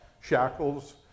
shackles